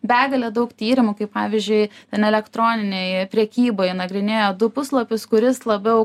begalė daug tyrimų kaip pavyzdžiui ten elektroninėj prekyboj nagrinėjo du puslapius kuris labiau